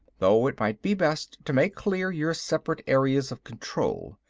though it might be best to make clear your separate areas of control.